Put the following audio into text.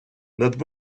над